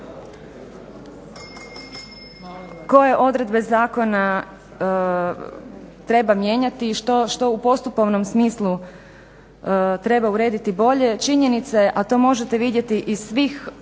koje odredbe zakona treba mijenjati i što u postupovnom smislu treba urediti bolje. Činjenica je, a to možete vidjeti iz svih odluka